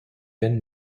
been